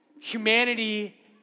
Humanity